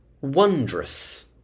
Wondrous